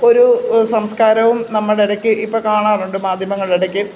ഒരു സംസ്കാരവും നമ്മുടെ ഇടയ്ക്ക് ഇപ്പോൾ കാണാറുണ്ട് മാധ്യമങ്ങളെ ഇടയ്ക്ക്